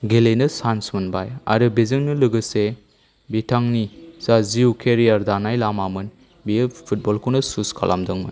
गेलेनो चान्स मोनबाय आरो बेजोंनो लोगोसे बिथांनि जा जिउ केरियार दानाय लामामोन बेयो फुटबलखौनो सुस खालामदोंमोन